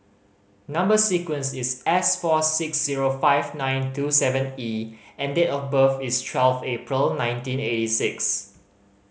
number sequence is S four six zero five nine two seven E and date of birth is twelve April nineteen eighty six